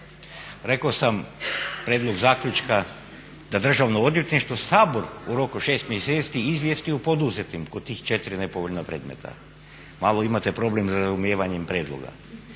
Rekao sam, prijedlog zaključka da državno odvjetništvo Sabor u roku od 6 mjeseci izvijesti o poduzetim kod tih 4 nepovoljna predmeta. Malo imate problem sa razumijevanjem predmeta.